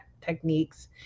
techniques